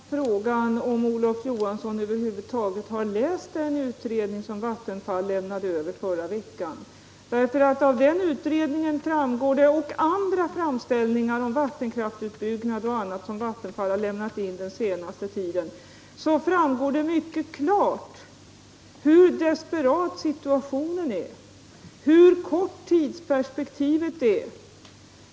Herr talman! Då måste jag ställa frågan om Olof Johansson över huvud taget har läst den utredning som Vattenfall lämnade över förra veckan. Av den utredningen — och andra framställningar om vattenkraftsutbyggnad och annat som Vattenfall har lämnat in den senaste tiden — framgår det mycket klart hur desperat situationen är, hur kort tidsperspektivet är.